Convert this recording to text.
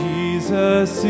Jesus